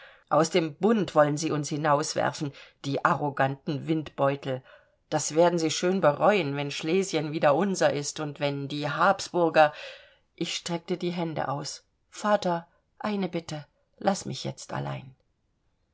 aus dem bund wollen sie uns hinauswerfen die arroganten windbeutel das werden sie schön bereuen wenn schlesien wieder unser ist und wenn die habsburger ich streckte die hände aus vater eine bitte laß mich jetzt allein